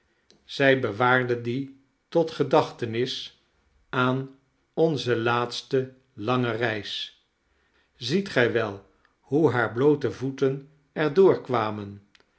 zij bewaarde die tot gedachtenis aan onze laatste lange reis ziet gij wel hoe hare bloote voeten er door kwamen